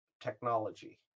technology